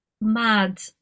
mad